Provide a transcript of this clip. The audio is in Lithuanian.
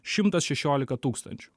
šimtas šešiolika tūkstančių